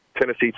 Tennessee